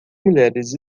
mulheres